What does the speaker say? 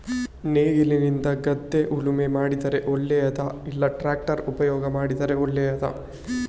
ನೇಗಿಲಿನಿಂದ ಗದ್ದೆ ಉಳುಮೆ ಮಾಡಿದರೆ ಒಳ್ಳೆಯದಾ ಇಲ್ಲ ಟ್ರ್ಯಾಕ್ಟರ್ ಉಪಯೋಗ ಮಾಡಿದರೆ ಒಳ್ಳೆಯದಾ?